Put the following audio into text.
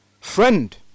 friend